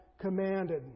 commanded